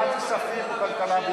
ועדת כלכלה וכספים ביחד.